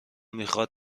میخواد